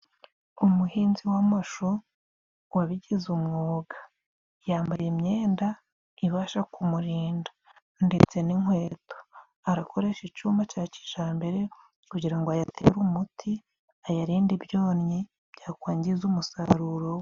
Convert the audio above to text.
Umuhinzi w' amasho wabigize umwuga yambaye imyenda ibasha kumurinda ndetse n'inkweto, arakoresha icyuma cya cijambere kugira ngo ayatere umuti ayarindade ibyonnyi byakwangiza umusaruro.